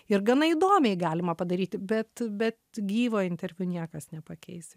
ir gana įdomiai galima padaryti bet bet gyvo interviu niekas nepakeis